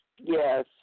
Yes